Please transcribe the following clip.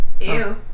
Ew